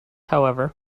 however